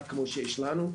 נכון.